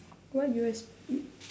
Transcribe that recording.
what U_S_B